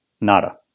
Nada